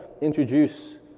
introduce